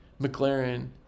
McLaren